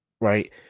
right